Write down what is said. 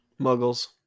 Muggles